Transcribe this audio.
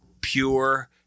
pure